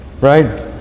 right